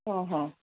हां हां